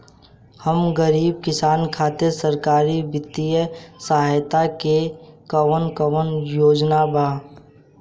हम गरीब किसान खातिर सरकारी बितिय सहायता के कवन कवन योजना बा?